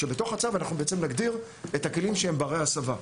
בתוך הצו אנחנו בעצם נגדיר את הכלים שהם בני הסבה.